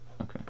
Okay